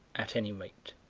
at any rate,